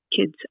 kids